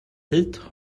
hit